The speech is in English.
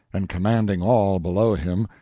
and commanding all below him,